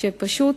שפשוט